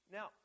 Now